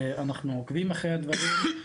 אנחנו עוקבים אחרי הדברים,